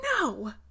No